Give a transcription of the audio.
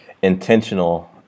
intentional